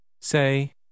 Say